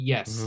Yes